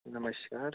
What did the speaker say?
नमस्कार